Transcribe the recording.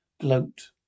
gloat